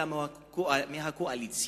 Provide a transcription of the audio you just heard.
אלא מהקואליציה.